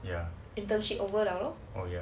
internship over liao lor